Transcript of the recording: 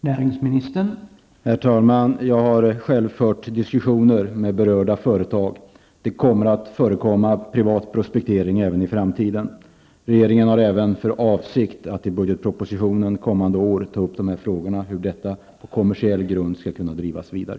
Herr talman! Jag har själv fört diskussioner med berörda företag. Det kommer även i framtiden att bedrivas privat prospektering. Regeringen har även för avsikt att kommande år i budgetpropositionen ta upp frågan om hur verksamheten på kommersiell grund skall kunna drivas vidare.